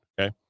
Okay